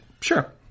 Sure